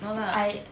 no lah